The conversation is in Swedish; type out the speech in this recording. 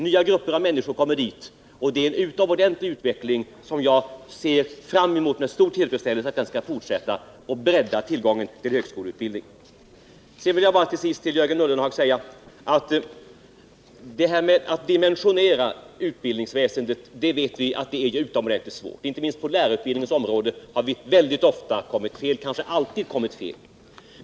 Nya grupper av människor kommer dit, och jag ser fram emot att den utvecklingen skall fortsätta, så att det blir en breddning av tillträdet till högskoleutbildningen. Till Jörgen Ullenhag vill jag säga till sist att vi vet att det är utomordentligt svårt att dimensionera utbildningsväsendet. Inte minst på lärarutbildningens område har vi väldigt ofta, kanske alltid, kommit fel.